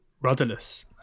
rudderless